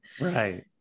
Right